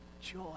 joy